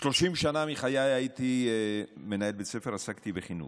30 שנה מחיי הייתי מנהל בית ספר, עסקתי בחינוך.